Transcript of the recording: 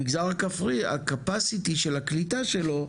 המגזר הכפרי הcapacity של הקליטה שלו,